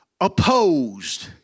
opposed